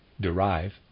derive